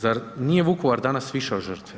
Zar nije Vukovar danas više od žrtve?